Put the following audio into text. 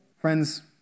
Friends